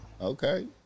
Okay